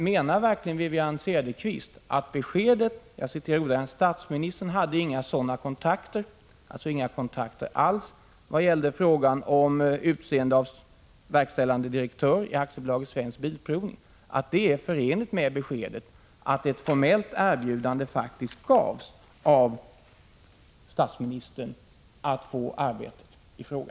Menar verkligen Wivi-Anne Cederqvist att beskedet: ”Statsministern hade inga sådana kontakter”, alltså inga kontakter alls, i vad gäller frågan om utseende av verkställande direktör i AB Svensk Bilprovning är förenligt med beskedet att ett formellt erbjudande faktiskt gavs av statsministern för arbetet i fråga?